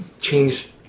changed